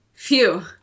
Phew